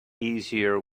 easier